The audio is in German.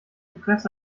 presse